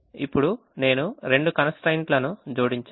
ఇప్పుడు నేను రెండు constraint లను జోడించాను